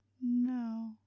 No